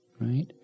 right